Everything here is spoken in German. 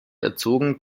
erzogen